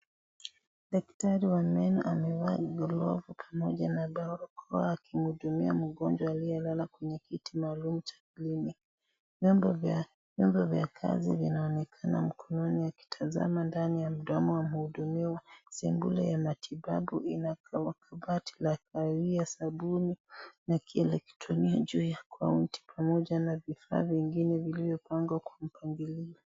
Daktari wa meno amevaa glovu pamoja na barakoa akimhudumia mgonjwa aliyelala kwenye kiti maalum cha kliniki . Vyombo vya kazi vinaonekana mkononi akitazama ndani ya mdomo wa mhudumiwa . Sebule ya matibabu ina kabati la kahawia sabuni na kielektronia juu ya kaunta pamoja na vifaa vingine vilivyopagwa kwa mpangilio.